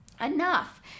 enough